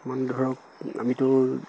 মানে ধৰক আমিতো